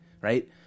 right